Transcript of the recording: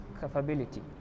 capability